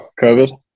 covid